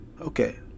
okay